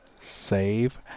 Save